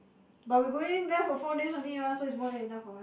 but we going there for four days only mah so it's more than enough for us